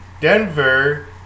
Denver